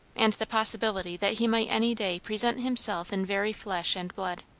and the possibility that he might any day present himself in very flesh and blood.